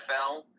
NFL